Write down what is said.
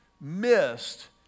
missed